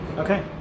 Okay